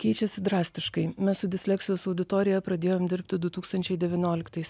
keičiasi drastiškai mes su disleksijos auditorija pradėjom dirbti du tūkstančiai devynioliktais